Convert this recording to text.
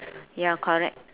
ya correct